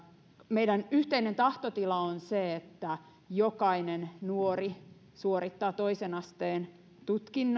meidän yhteinen tahtotilamme on se että jokainen nuori suorittaa toisen asteen tutkinnon